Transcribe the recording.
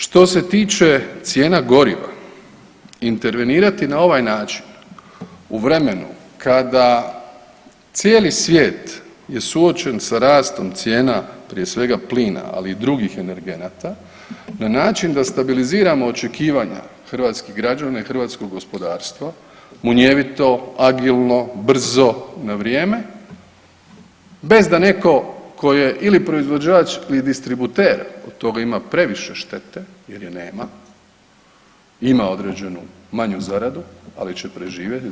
Što se tiče cijena goriva intervenirati na ovaj način u vremenu kada cijeli svijet je suočen sa rastom cijena prije svega plina, ali i drugih energenata na način da stabiliziramo očekivanja hrvatskih građana i hrvatskog gospodarstva munjevito, agilno, brzo, na vrijeme bez da netko tko je ili proizvođač ili distributer, od toga ima previše štete jer je nema, ima određenu manju zaradu ali će preživjeti.